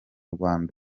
rwanda